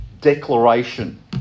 declaration